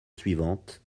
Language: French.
suivante